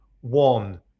One